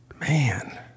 Man